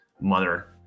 mother